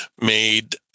made